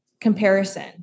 comparison